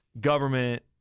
government